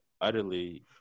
utterly